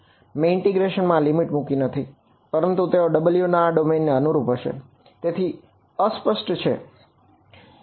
મેં ઇન્ટિગ્રેશન માં લિમિટ મૂકી નથી પરંતુ તેઓ w ના ડોમેઈન ને અનુરૂપ હશે તે અસ્પષ્ટ છે બરાબર